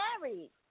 married